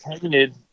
painted